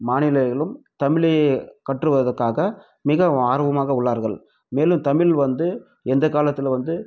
மாநிலங்களும் தமிழை கற்றுவதற்காக மிகவும் ஆர்வமாக உள்ளார்கள் மேலும் தமிழ் வந்து எந்த காலத்தில் வந்து